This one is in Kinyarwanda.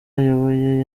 ayoboye